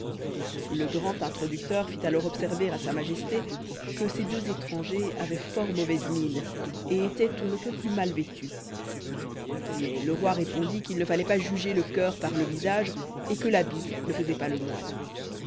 le grand introducteur fit alors observer à sa majesté que ces deux étrangers avaient fort mauvaise mine et étaient on ne peut plus mal vêtus mais le roi répondit qu'il ne fallait pas juger le cœur par le visage et que l'habit ne faisait pas le moine